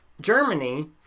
Germany